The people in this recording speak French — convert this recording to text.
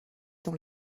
dans